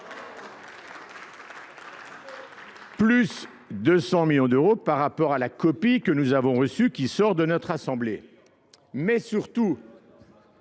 plus de 100 millions d'euros par rapport à la copie que nous avons reçue qui sort de notre assemblée. Mais surtout,